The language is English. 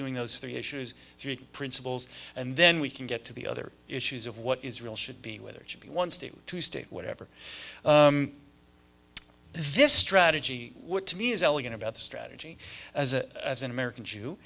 doing those three issues three principles and then we can get to the other issues of what israel should be whether it should be one state to state whatever this strategy what to me is elegant about the strategy as an american jew